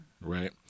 right